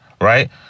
right